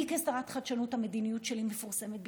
אני, כשרת חדשנות, המדיניות שלי מפורסמת בכתב,